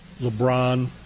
LeBron